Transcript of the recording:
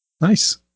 Nice